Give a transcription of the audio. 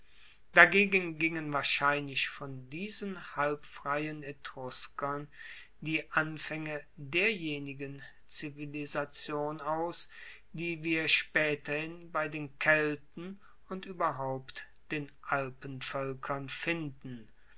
dagegen gingen wahrscheinlich von diesen halbfreien etruskern die anfaenge derjenigen zivilisation aus die wir spaeterhin bei den kelten und ueberhaupt den alpenvoelkern finden